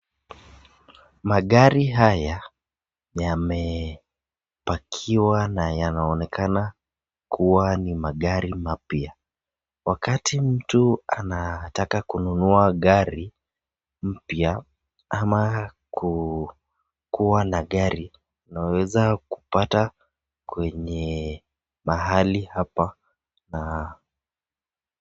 Magari haya yamepakiwa na yanaonekana kuwa ni magari mapya. Wakati mtu anataka kununua gari mpya ama kuwa na gari, unaweza kupata kwenye mahali hapa na.